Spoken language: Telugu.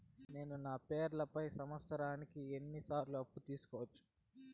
నేను నా పేరుపై సంవత్సరానికి ఎన్ని సార్లు అప్పు తీసుకోవచ్చు?